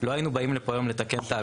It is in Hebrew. לא היינו באים לפה היום לתקן את האגרות.